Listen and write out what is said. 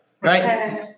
right